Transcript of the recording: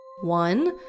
One